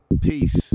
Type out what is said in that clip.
Peace